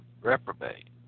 reprobate